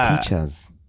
teachers